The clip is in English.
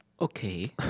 Okay